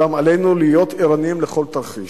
אולם עלינו להיות ערניים לכל תרחיש.